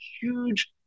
huge